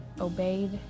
obeyed